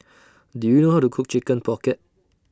Do YOU know How to Cook Chicken Pocket